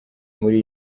muri